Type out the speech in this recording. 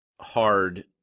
hard